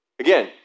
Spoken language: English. Again